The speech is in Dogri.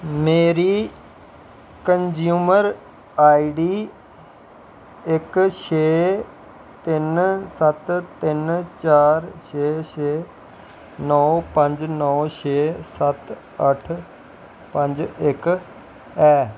मेरी कंज्यूमर आई डी इक छे तिन सत्त तिन चार छे छे नौ पंज नौ छे सत्त अट्ठ पंज इक ऐ